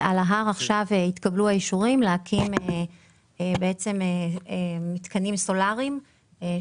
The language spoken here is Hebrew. כשעל ההר התקבלו האישורים להקים מתקנים סולאריים.